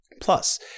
Plus